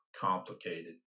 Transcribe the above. complicated